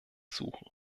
suchen